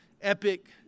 epic